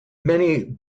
many